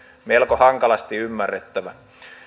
melko hankalasti ymmärrettävä